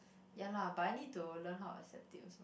ya lah but I need to learn how to accept it also